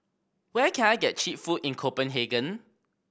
where can I get cheap food in Copenhagen